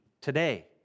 today